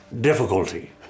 difficulty